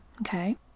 okay